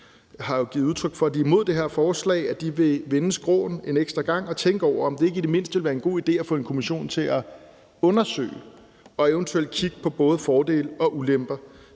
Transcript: har givet udtryk for, at de er imod det her forslag, vil vende skråen en ekstra gang og tænke over, om det i det mindste ikke vil være en god idé at få en kommission til at undersøge og eventuelt kigge på både fordele og ulemper